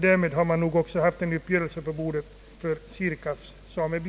Därmed hade man nog också fått en uppgörelse på bordet för Sirkas sameby.